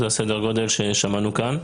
זה סדר הגודל ששמענו כאן.